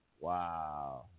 Wow